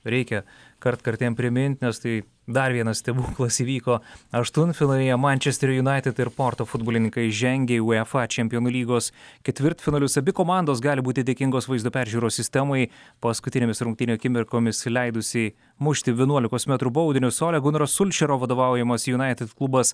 reikia kartkartėm priminti nes tai dar vienas stebuklas įvyko aštuntfinalyje mančester united ir porto futbolininkai žengė į uefa čempionų lygos ketvirtfinalius abi komandos gali būti dėkingos vaizdo peržiūros sistemai paskutinėmis rungtynių akimirkomis leidusiai mušti vienuolikos metrų baudinius ore guner sulširo vadovaujamas united klubas